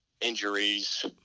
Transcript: injuries